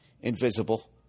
invisible